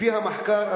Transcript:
לפי המחקר,